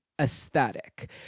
aesthetic